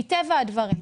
מטבע הדברים.